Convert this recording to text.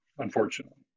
Unfortunately